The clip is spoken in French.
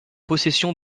possession